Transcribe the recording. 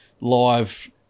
live